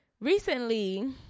recently